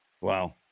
Wow